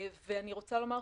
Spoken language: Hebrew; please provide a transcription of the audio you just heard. אני רוצה לומר,